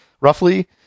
roughly